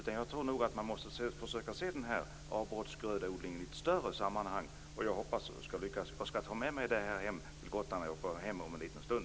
Jag tror nog att man måste försöka se den här avbrottsgrödeodlingen i ett större sammanhang. Jag hoppas att det skall lyckas och jag skall ta med mig det här när jag åker hem om en liten stund.